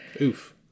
Oof